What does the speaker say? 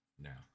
now